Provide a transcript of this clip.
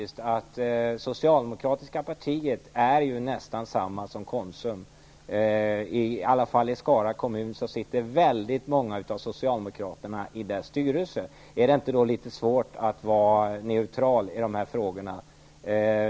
Socialdemokratiska partiet är ju nästan detsamma som Konsum. I Skara kommun sitter i alla fall många av socialdemokraterna i dess styrelse. Är det då inte svårt att vara neutral i dessa frågor?